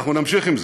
אנחנו נמשיך עם זה,